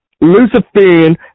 Luciferian